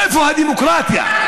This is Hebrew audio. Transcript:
איפה הדמוקרטיה?